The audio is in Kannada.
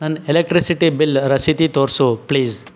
ನನ್ನ ಎಲೆಕ್ಟ್ರಿಸಿಟಿ ಬಿಲ್ ರಸೀತಿ ತೋರಿಸು ಪ್ಲೀಸ್